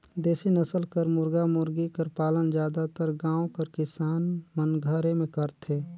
देसी नसल कर मुरगा मुरगी कर पालन जादातर गाँव कर किसान मन घरे में करथे